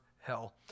hell